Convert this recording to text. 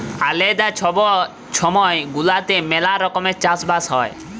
আলেদা ছব ছময় গুলাতে ম্যালা রকমের চাষ বাস হ্যয়